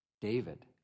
David